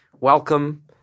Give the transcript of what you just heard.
welcome